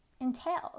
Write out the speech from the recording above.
entails